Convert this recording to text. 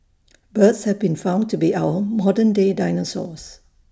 birds have been found to be our modern day dinosaurs